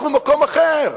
אנחנו במקום אחר.